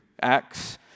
Acts